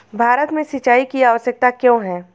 भारत में सिंचाई की आवश्यकता क्यों है?